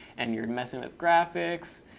and you're messing with graphics.